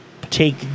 take